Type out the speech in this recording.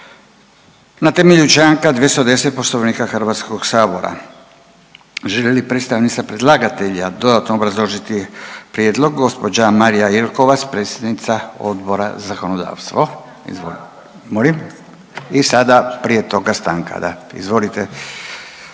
na temelju Članka 210. Poslovnika Hrvatskog sabora. Želi li predstavnica predlagatelja dodatno obrazložiti prijedlog? Gospođa Marija Jelkovac, predsjednica Odbora za zakonodavstvo. Molim? I sada prije toga stanka, da. Izvolite